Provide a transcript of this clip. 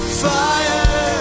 fire